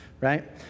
right